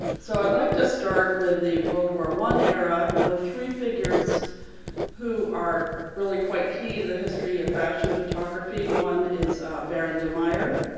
so i'd like to start with the world war one era with three figures who are really quite key to the history of fashion photography. one is baron de meyer,